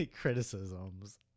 criticisms